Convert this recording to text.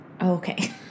okay